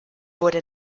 wurde